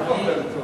אבל כפירה?